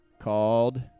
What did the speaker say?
called